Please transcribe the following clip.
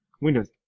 Windows